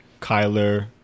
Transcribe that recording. Kyler